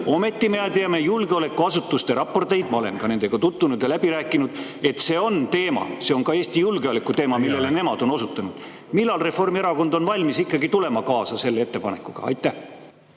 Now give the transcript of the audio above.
Ometi me teame julgeolekuasutuste raportitest – ma olen ka nendega tutvunud ja läbirääkimistel käinud –, et see on teema, see on ka Eesti julgeoleku teema, millele nemad on osutanud. Millal Reformierakond on valmis ikkagi tulema kaasa selle ettepanekuga? Aitäh!